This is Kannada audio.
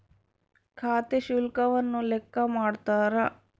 ಖಾತೆ ಶುಲ್ಕವನ್ನು ಲೆಕ್ಕ ಮಾಡ್ತಾರ